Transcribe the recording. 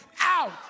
out